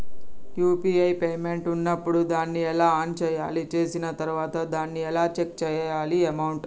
UPI payment ఉన్నప్పుడు దాన్ని ఎలా ఆన్ చేయాలి? చేసిన తర్వాత దాన్ని ఎలా చెక్ చేయాలి అమౌంట్?